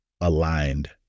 aligned